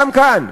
גם כאן